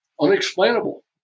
unexplainable